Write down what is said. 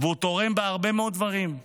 מונח והוא תורם בהרבה מאוד דברים,